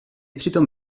přitom